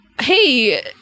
hey